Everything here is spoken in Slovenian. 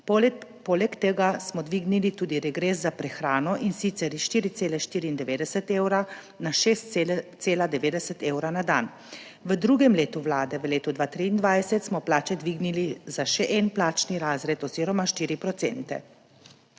poleg tega smo dvignili tudi regres za prehrano, in sicer iz 4,94 evra na 6,90 evra na dan. V drugem letu vlade, v letu 2023, smo plače dvignili za še en plačni razred oziroma